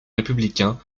républicains